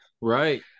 Right